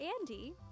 Andy